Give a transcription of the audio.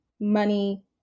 money